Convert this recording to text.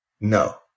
No